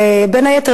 בין היתר,